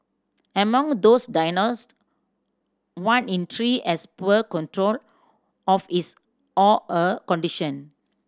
among those diagnosed one in three has poor control of his or her condition